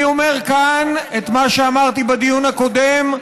אני אומר כאן את מה שאמרתי בדיון הקודם: